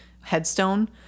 headstone